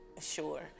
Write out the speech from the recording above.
sure